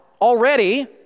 already